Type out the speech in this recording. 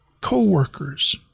co-workers